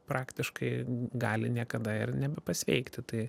praktiškai gali niekada ir nebepasveikti tai